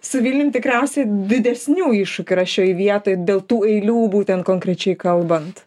su vilnium tikriausiai didesnių iššūkių yra šioj vietoj dėl tų eilių būtent konkrečiai kalbant